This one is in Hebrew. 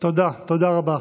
תודה, תודה רבה.